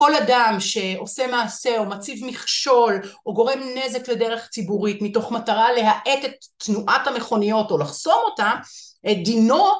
כל אדם שעושה מעשה או מציב מכשול, או גורם נזק לדרך ציבורית מתוך מטרה להאט את תנועת המכוניות או לחסום אותה, דינו...